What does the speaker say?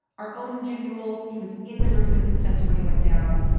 our own jim newell he was in the room as this testimony went down.